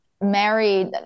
married